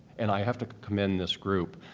and i have to commend this group,